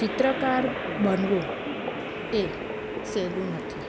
ચિત્રકાર બનવું એ સહેલું નથી